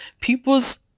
people's